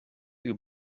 uur